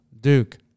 Duke